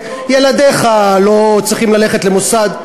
ילדיך לא צריכים ללכת למוסד,